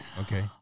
Okay